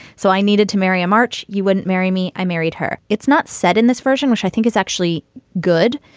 so i needed to marry a march. you wouldn't marry me. i married her. it's not said in this version, which i think is actually good,